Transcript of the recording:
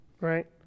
right